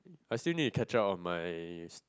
I still need to catch up on my